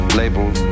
labeled